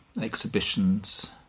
exhibitions